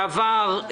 בעבר,